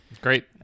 great